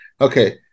Okay